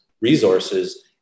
resources